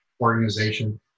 organization